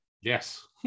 Yes